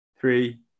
three